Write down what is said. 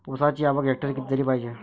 ऊसाची आवक हेक्टरी किती झाली पायजे?